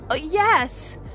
Yes